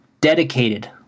dedicated